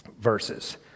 verses